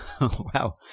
Wow